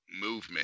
movement